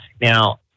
Now